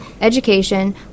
education